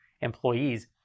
employees